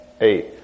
eight